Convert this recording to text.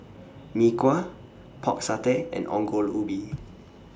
Mee Kuah Pork Satay and Ongol Ubi